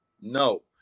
no